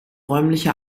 räumliche